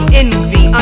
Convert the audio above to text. envy